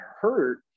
hurt